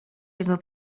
jego